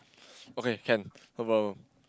okay can no problem